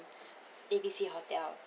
A B C hotel